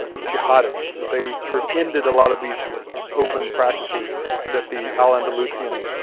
ah jihadists. they sort of ended a lot of these open practices that the al-andalusian